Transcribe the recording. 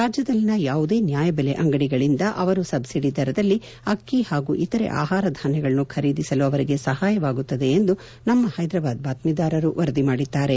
ರಾಜ್ಯದಲ್ಲಿನ ಯಾವುದೇ ನ್ಞಾಯದೆಲೆ ಅಂಗಡಿಗಳಿಂದ ಅವರು ಸಬ್ಲಿಡಿ ದರದಲ್ಲಿ ಅಕ್ಕಿ ಹಾಗೂ ಇತರ ಆಹಾರ ಧಾನ್ಯಗಳನ್ನು ಖರೀದಿಸಲು ಅವರಿಗೆ ಸಹಾಯವಾಗುತ್ತದೆ ಎಂದು ನಮ್ನ ಹೈದರಾಬಾದ್ ಬಾತ್ತೀದಾರರು ವರದಿ ಮಾಡಿದ್ದಾರೆ